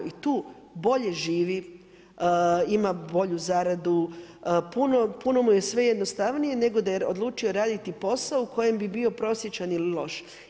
I tu bolje živi, ima bolju zaradu, puno mu je sve jednostavnije, nego da je odlučio raditi posao u kojem bi bio prosječan ili loš.